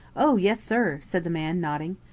oh, yes, sir, said the man nodding.